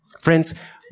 Friends